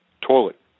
toilet